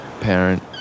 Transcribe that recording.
parent